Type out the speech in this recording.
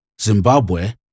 Zimbabwe